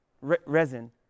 resin